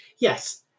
yes